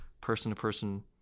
person-to-person